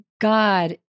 God